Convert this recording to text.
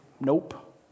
nope